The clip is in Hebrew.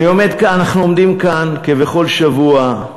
אנחנו עומדים כאן כבכל שבוע,